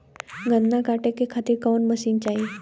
गन्ना कांटेके खातीर कवन मशीन चाही?